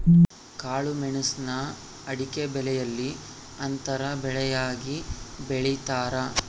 ಕಾಳುಮೆಣುಸ್ನ ಅಡಿಕೆಬೆಲೆಯಲ್ಲಿ ಅಂತರ ಬೆಳೆಯಾಗಿ ಬೆಳೀತಾರ